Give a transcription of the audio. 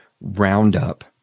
roundup